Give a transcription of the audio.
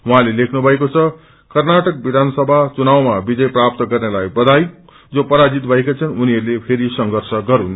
उहाँले लेख्नु भएको छ कर्नाटक विधानसभा चुनावमा विजय प्राप्त गर्नेलाई बधाई जो पराजित भएका छन् उनीहरूले फेरि संर्वष गरूनु